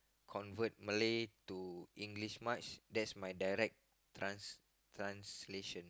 convert Malay to English much that's my direct trans~ translation